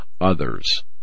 others